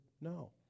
no